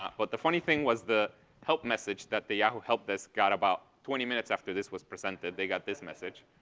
ah but the funny thing was the help message that the yahoo help desk got about twenty minutes after this was presented. they got this message.